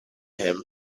him